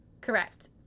Correct